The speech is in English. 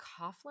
Coughlin